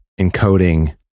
encoding